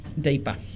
deeper